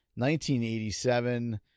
1987